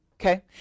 okay